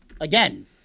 again